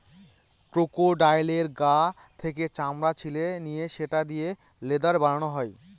ক্রোকোডাইলের গা থেকে চামড়া ছিলে নিয়ে সেটা দিয়ে লেদার বানানো হয়